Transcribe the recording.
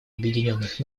объединенных